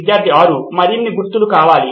విద్యార్థి 6 మరిన్ని గుర్తులు కావాలి